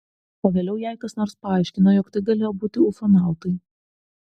o vėliau jai kas nors paaiškino jog tai galėjo būti ufonautai